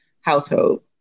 household